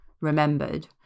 remembered